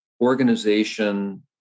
organization